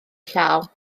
llaw